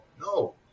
no